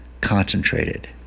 concentrated